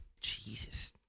Jesus